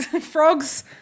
Frogs